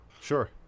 Sure